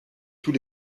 tous